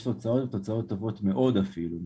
יש תוצאות והתוצאות טובות מאוד אפילו.